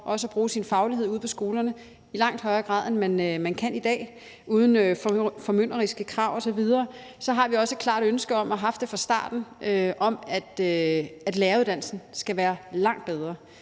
for at bruge sin faglighed ude på skolerne i langt højere grad, end man kan i dag, uden formynderiske krav osv., så har vi også et klart ønske om og har haft det fra starten, at læreruddannelsen skal være langt bedre,